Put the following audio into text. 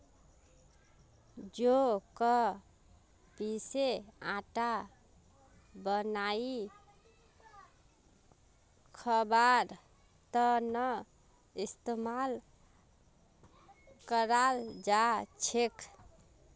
जौ क पीसे आटा बनई खबार त न इस्तमाल कराल जा छेक